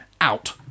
out